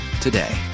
today